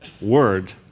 word